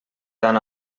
tan